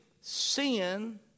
Sin